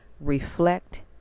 reflect